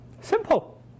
Simple